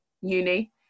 uni